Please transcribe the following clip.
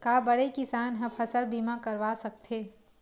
का बड़े किसान ह फसल बीमा करवा सकथे?